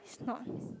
it's not